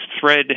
thread